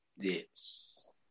Yes